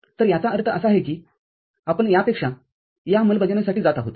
तर याचा अर्थ असा आहे की आपण यापेक्षा या अंमलबजावणीसाठी जात आहोत